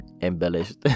embellished